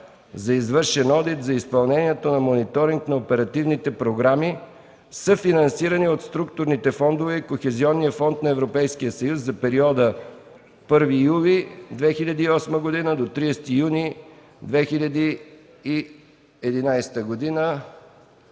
за извършен одит за изпълнението на мониторинг на оперативните програми, съфинансирани от структурните фондове и Кохезионния фонд на Европейския съюз за периода 1 юли 2008 г. до 30 юни 2011 г.